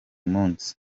munsi